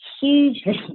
hugely